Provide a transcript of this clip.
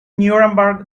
nuremberg